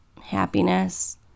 happiness